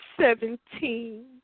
seventeen